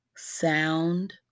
sound